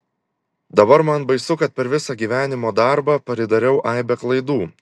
dabar man baisu kad per visą gyvenimo darbą pridariau aibę klaidų